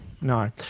No